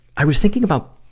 i was thinking about,